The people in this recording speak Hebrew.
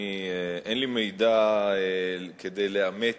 אין לי מידע כדי לאמת